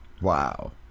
Wow